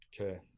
okay